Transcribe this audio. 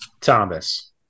Thomas